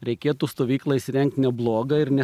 reikėtų stovyklą įsirengt neblogą ir ne